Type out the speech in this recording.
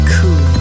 Cool